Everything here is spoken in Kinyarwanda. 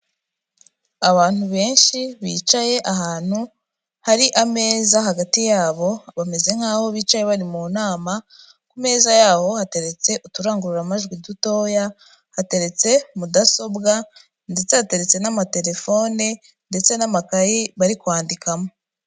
Abantu benshi bicaye ahantu, hari ameza hagati yabo, bameze nk'aho bicaye bari mu nama, ku meza yaho hateretse uturangururamajwi dutoya, hateretse mudasobwa ndetse hateretse n'amaterefone ndetse n'amakayi bari kwandikamo.